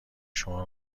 شما